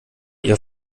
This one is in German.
ihr